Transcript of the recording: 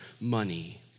money